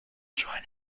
join